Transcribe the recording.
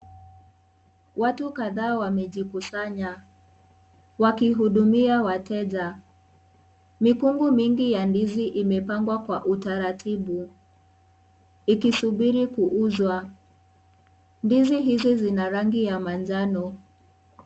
Watu kadhaa wamejikusanya wakihudumia wateja, mikungu mingi ya ndizi imepangwa kwa utaratibu ikisuburi kuuzwa. Ndizi hizi zina rangi ya manjano.